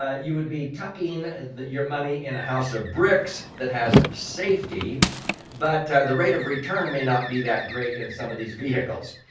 ah you would be tucking your money in a house of bricks that has safety but the rate of return may not be that great in some of these vehicles.